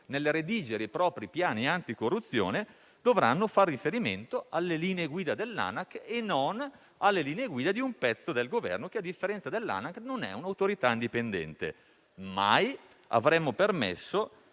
nel redigere i propri piani anticorruzione, dovranno far riferimento alle linee guida dell'Anac e non alle linee guida di una parte del Governo che, a differenza dell'Anac, non è un'autorità indipendente. Mai avremmo permesso